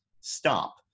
stop